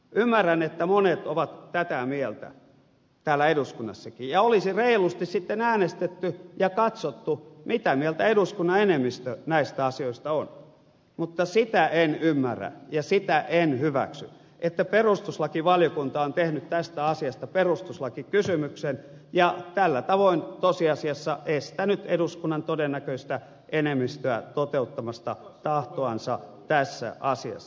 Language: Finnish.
ymmärrän että monet ovat tätä mieltä täällä eduskunnassakin ja olisi reilusti sitten äänestetty ja katsottu mitä mieltä eduskunnan enemmistö näistä asioista on mutta sitä en ymmärrä ja sitä en hyväksy että perustuslakivaliokunta on tehnyt tästä asiasta perustuslakikysymyksen ja tällä tavoin tosiasiassa estänyt eduskunnan todennäköistä enemmistöä toteuttamasta tahtoansa tässä asiassa